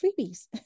freebies